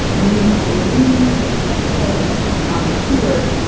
and then you have the marines at the checkpoint on the pier,